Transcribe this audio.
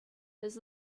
his